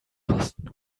kosten